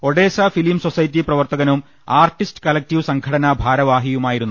Odessa film society പ്രവർത്തകനും artist collective സംഘടനാ ഭാരവാഹി യുമായുമായിരുന്നു